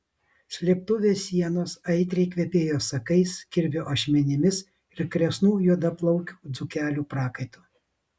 slėptuvės sienos aitriai kvepėjo sakais kirvio ašmenimis ir kresnų juodaplaukių dzūkelių prakaitu